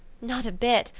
not a bit.